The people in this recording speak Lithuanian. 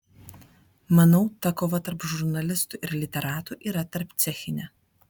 manau ta kova tarp žurnalistų ir literatų yra tarpcechinė